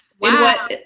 Wow